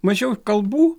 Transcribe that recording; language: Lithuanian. mažiau kalbų